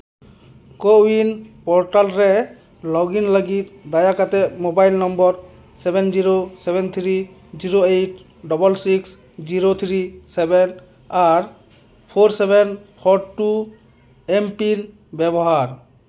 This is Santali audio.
ᱠᱳᱼᱩᱭᱤᱱ ᱯᱚᱨᱴᱟᱞ ᱨᱮ ᱞᱚᱜᱤᱱ ᱞᱟᱹᱜᱤᱫ ᱫᱟᱭᱟ ᱠᱟᱛᱮᱫ mobile number seven zero seven three zero eight double six zero three seven ᱟᱨ four seven four two M PIN ᱵᱮᱵᱚᱦᱟᱨ